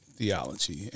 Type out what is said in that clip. theology